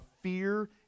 fear